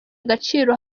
agaciro